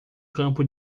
campo